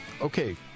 Okay